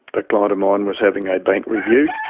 a client of mine was having a bank review,